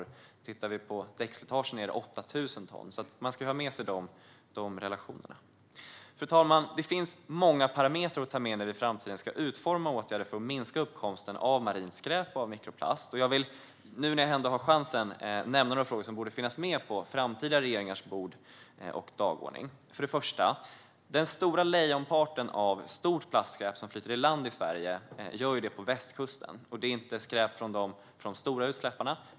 Men om man tittar på däckslitaget handlar det om 8 000 ton. Man ska alltså ha med sig dessa relationer. Fru talman! Det finns många parametrar att ta med när vi i framtiden ska utforma åtgärder för att minska uppkomsten av marint skräp och av mikroplaster. När jag nu har möjlighet ska jag nämna några frågor som borde finnas med på framtida regeringars bord och dagordningar. För det första: Lejonparten av stort plastskräp som flyter i land i Sverige gör det på västkusten. Det är inte skräp från de stora utsläpparna.